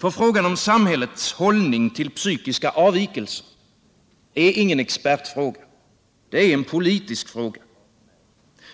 Frågan om samhällets hållning till psykiska avvikelser är ingen expertfråga; det är en politisk fråga.